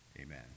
amen